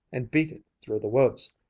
and beat it through the woods.